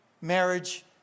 Marriage